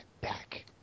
back